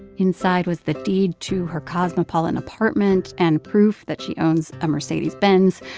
inside was the deed to her cosmopolitan apartment and proof that she owns a mercedes-benz.